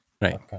Right